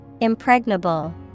Impregnable